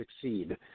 succeed